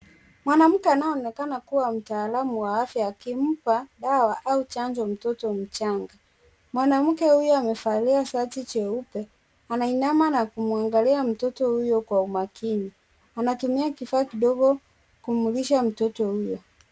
Mwanamke anyeonekana kuwa mtaalamu wa afya ,akimpa dawa au chanjo mtoto mchanga. Mwanamke huyu amevalia shati jeupe, anainama na kumwangalia mtoto huyo kwa umakini. Anatumia kifaa kidogo kumlisha mtoto huyo.